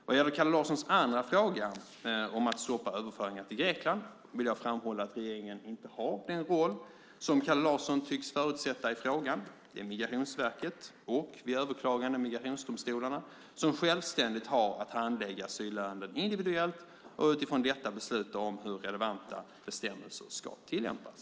Vad gäller Kalle Larssons andra fråga, om att stoppa överföringar till Grekland, vill jag framhålla att regeringen inte har den roll som Kalle Larsson tycks förutsätta i frågan. Det är Migrationsverket och, vid överklagande, migrationsdomstolarna som självständigt har att handlägga asylärenden individuellt och utifrån detta besluta om hur relevanta bestämmelser ska tillämpas.